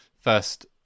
first